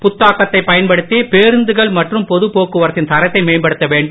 புத்தாக்கத்தைப் பயன்படுத்தி பேருந்துகள் மற்றும் பொது போக்குவரத்தின் தரத்தை மேம்படுத்த வேண்டும்